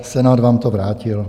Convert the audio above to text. Senát vám to vrátil.